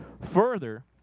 Further